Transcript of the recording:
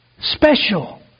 Special